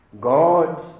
God